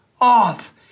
off